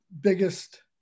biggest